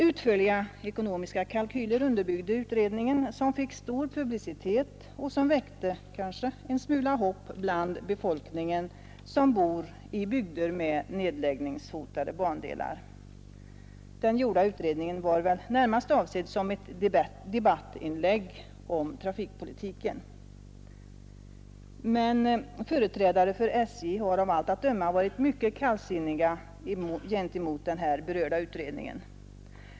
Utförliga ekonomiska kalkyler ———— underbyggde utredningen som fick stor publicitet och som kanske väckte Ersättning till stör en smula hopp bland befolkningen i bygder med nedläggningshotade tens järnvägar för bandelar. Den gjorda utredningen var närmast avsedd som ett debattdrift av icke lönsaminlägg om trafikpolitiken. Företrädare för SJ har av allt att döma varit TE ETTER mycket kallsinniga gentemot den berörda utredningen.